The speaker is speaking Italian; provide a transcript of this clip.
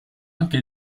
anche